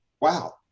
wow